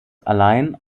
allein